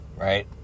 Right